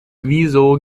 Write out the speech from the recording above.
wieso